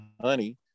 Honey